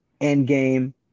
Endgame